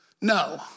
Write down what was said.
No